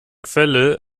quelle